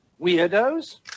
weirdos